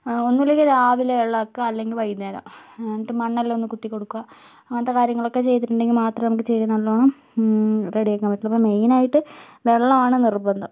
ഒന്നുമില്ലെങ്കിൽ രാവിലെ വെള്ളമാക്കുക അല്ലങ്കിൽ വൈകുന്നേരം എന്നിട്ട് മണ്ണെല്ലാം ഒന്ന് കുത്തിക്കൊടുക്കുക അങ്ങനത്തെ കാര്യങ്ങളൊക്കെ ചെയ്തിട്ടുണ്ടെങ്കിൽ മാത്രം നമുക്ക് ചെടി നല്ലവണ്ണം റെഡിയാക്കാൻ പറ്റുകയുള്ളൂ അപ്പോൾ മെയിനായിട്ട് വെള്ളമാണ് നിർബന്ധം